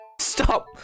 Stop